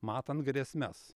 matant grėsmes